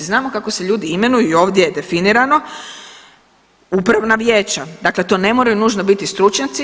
Znamo kako se ljudi imenuju i ovdje je definirano upravno vijeća, dakle to ne moraju nužno biti stručnjaci.